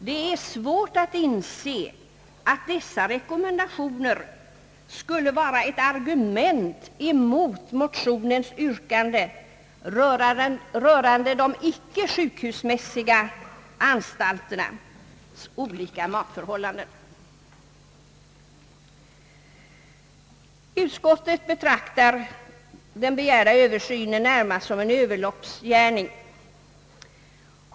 Det är svårt att inse att dessa rekommendationer skulle vara ett argument mot motionens yrkande rörande de icke sjukhusmässiga anstalternas olika matförhållanden. Utskottet betraktar den begärda översynen närmast som en Ööverloppsgärning.